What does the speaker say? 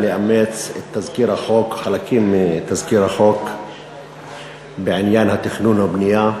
לאמץ חלקים מתזכיר החוק בעניין התכנון והבנייה,